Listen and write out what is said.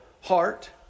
heart